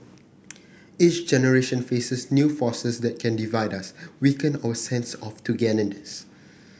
each generation faces new forces that can divide us weaken our sense of togetherness